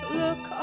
look